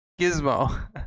Gizmo